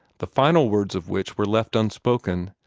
the final words of which were left unspoken,